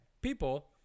people